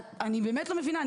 אני באמת לא מבינה,